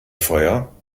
feuer